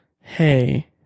Hey